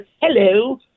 Hello